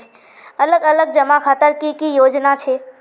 अलग अलग जमा खातार की की योजना छे?